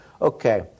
Okay